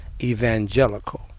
evangelical